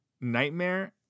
nightmare